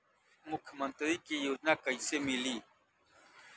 मुख्यमंत्री के योजना कइसे मिली?